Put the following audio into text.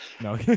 No